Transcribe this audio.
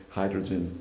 hydrogen